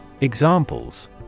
Examples